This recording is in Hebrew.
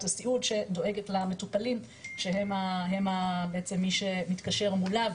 הסיעוד שדואגת למטופלים שהם בעצם מי שמתקשר מולה,